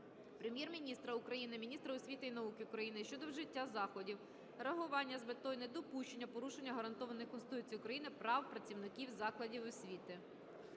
Прем'єр-міністра України, міністра освіти і науки України щодо вжиття заходів реагування з метою недопущення порушення гарантованих Конституцією України прав працівників закладів освіти.